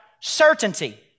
certainty